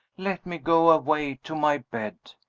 let me go away to my bed.